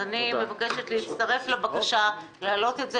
אני מבקשת להצטרף לבקשה להעלות את זה